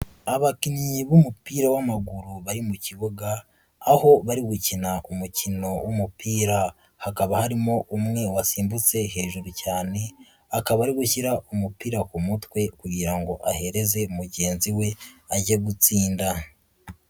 Abakinnyi b'umupira w'amaguru bari mu kibuga, aho bari gukina umukino w'umupira, hakaba harimo umwe wasimbutse hejuru cyane, akaba ari gushyira umupira ku mutwe kugirango ahereze mugenzi we ajye gutsinda.